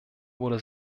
wurde